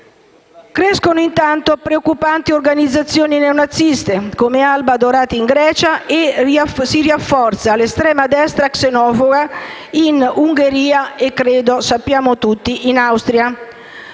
Crescono, intanto, preoccupanti organizzazioni neonaziste, come Alba Dorata in Grecia, si rafforza l'estrema destra xenofoba in Ungheria e - come credo sappiamo tutti - in Austria.